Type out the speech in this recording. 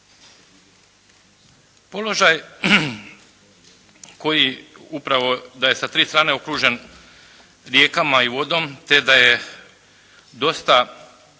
Položaj koji upravo da je sa tri strane okružen rijekama i vodom te da je dosta